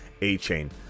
A-Chain